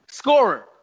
scorer